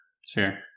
Sure